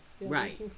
Right